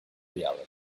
reality